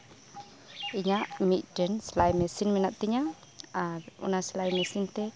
ᱤᱧᱟᱜ ᱢᱤᱫᱴᱮᱱ ᱥᱮᱞᱟᱭ ᱢᱮᱥᱤᱱ ᱢᱮᱱᱟᱜ ᱛᱤᱧᱟᱹ ᱟᱨ ᱚᱱᱟ ᱥᱮᱞᱟᱭ ᱢᱮᱥᱤᱱ ᱛᱮ